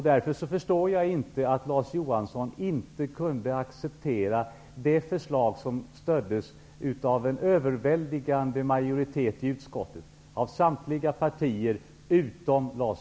Därför förstår jag inte att Larz Johansson inte kunde acceptera det förslag som stöddes av en överväldigande majoritet -- av samtliga partier utom Larz